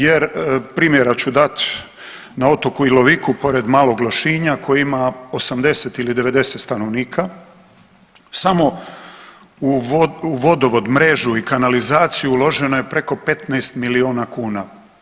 Jer primjer ću dati, na otoku Iloviku pored Malog Lošinja koji ima 80 ili 90 stanovnika samo u vodovod, mrežu, kanalizaciju uloženo je preko 15 milijuna kuna.